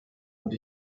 und